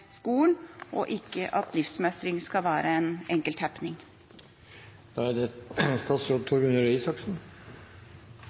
skolen, og ikke at livsmestring skal være en enkelthappening. Jeg er sikker på at det